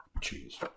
cheese